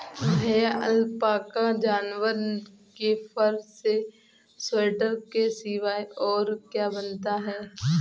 भैया अलपाका जानवर के फर से स्वेटर के सिवाय और क्या बनता है?